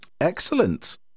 Excellent